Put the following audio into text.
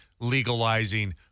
legalizing